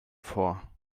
vor